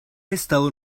estado